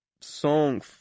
song